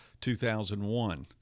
2001